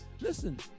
Listen